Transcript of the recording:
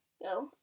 Go